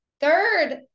third